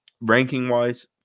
ranking-wise